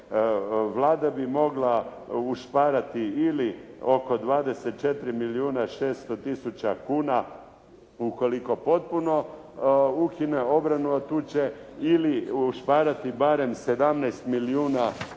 Vlada bi mogla ušparati ili oko 24 milijuna 600 tisuća kuna ukoliko potpuno ukine obranu od tuče ili ušparati barem 17 milijuna